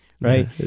right